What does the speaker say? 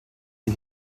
die